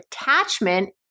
attachment